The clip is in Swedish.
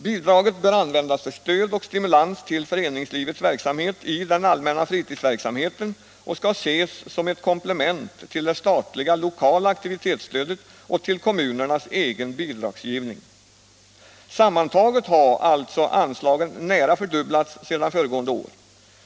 Bidraget bör användas för stöd och stimulans till föreningslivets verksamhet i den allmänna fritidsverksamheten och skall ses som ett komplement till det statliga lokala aktivitetsstödet och till kommunernas egen bidragsgivning. Sammantaget har alltså anslagen nära fördubblats sedan föregående år.